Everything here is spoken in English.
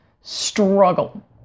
struggle